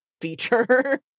feature